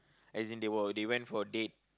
as in they were they went for a date